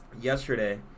yesterday